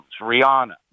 Rihanna